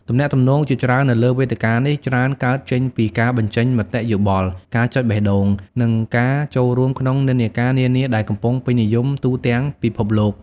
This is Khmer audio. ទំនាក់ទំនងជាច្រើននៅលើវេទិកានេះច្រើនកើតចេញពីការបញ្ចេញមតិយោបល់ ការចុចបេះដូង និងការចូលរួមក្នុង និន្នាការ នានាដែលកំពុងពេញនិយមទូទាំងពិភពលោក។